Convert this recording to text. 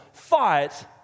Fight